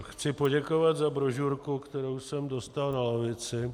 Chci poděkovat za brožurku, kterou jsem dostal na lavici.